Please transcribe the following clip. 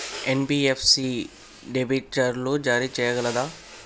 NBFC డిబెంచర్లు జారీ చేయగలదా?